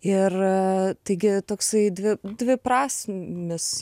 ir taigi toksai dvi dviprasmis